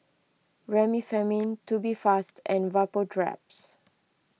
Remifemin Tubifast and Vapodraps